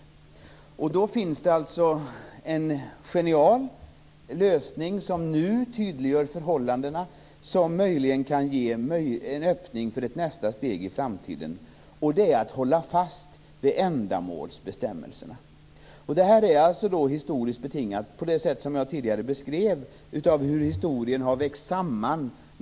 Då finns det alltså en genial lösning som tydliggör förhållandena och som möjligen kan ge en öppning för ett nästa steg i framtiden. Det är att hålla fast vid ändamålsbestämmelserna. Det här är historiskt betingat på det sätt som jag tidigare beskrev. Dessa tre enheter har växt samman.